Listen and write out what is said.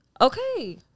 Okay